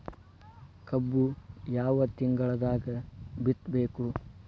ಕಬ್ಬು ಯಾವ ತಿಂಗಳದಾಗ ಬಿತ್ತಬೇಕು?